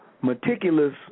meticulous